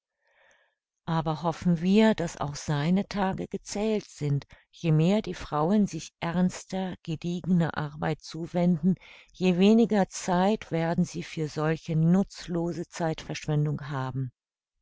aber hoffen wir daß auch seine tage gezählt sind je mehr die frauen sich ernster gediegener arbeit zuwenden je weniger zeit werden sie für solche nutzlose zeitverschwendung haben